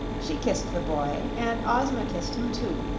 she kissed the boy, and ozma kissed him, too,